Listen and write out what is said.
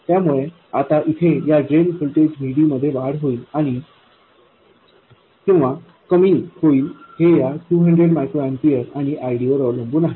त्यामुळे आता इथे या ड्रेन व्होल्टेज VDमध्ये वाढ होईल किंवा कमी हे या 200μA आणि IDवर अवलंबून आहे